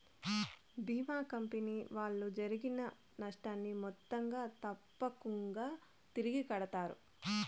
భీమా company వాళ్ళు జరిగిన నష్టాన్ని మొత్తంగా తప్పకుంగా తిరిగి కట్టిత్తారు